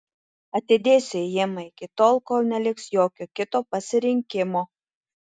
atidėsiu ėjimą iki tol kol neliks jokio kito pasirinkimo